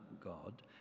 God